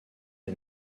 est